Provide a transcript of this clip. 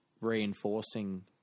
reinforcing